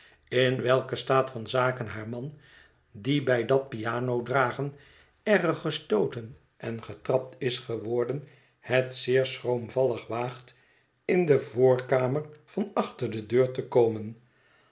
in welken staat van zaken haar man die bij dat piano dragen erg gestooten en getrapt is geworden het zeer schroomvallig waagt in de voorkamer van achter de deur te komen